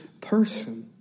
person